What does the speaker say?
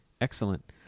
Excellent